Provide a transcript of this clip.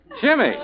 Jimmy